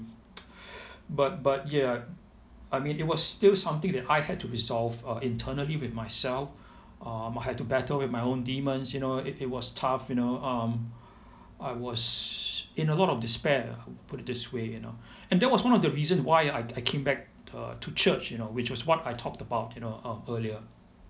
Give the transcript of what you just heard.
but but ya I mean it was still something that I had to resolve uh internally with myself uh I had to battle with my own demons you know it it was tough you know um I was in a lot of despair put it this way you know and that was one of the reason why I I came back uh to church you know which is what I talked about you know uh earlier